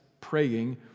praying